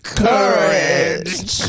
courage